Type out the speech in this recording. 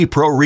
Pro